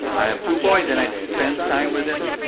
i have two boys and i'd spend time with them.